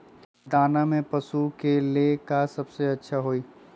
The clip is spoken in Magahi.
दाना में पशु के ले का सबसे अच्छा होई?